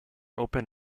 open